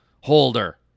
holder